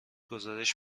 گزارش